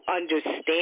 understand